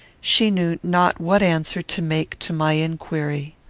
she knew not what answer to make to my inquiry.